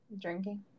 Drinking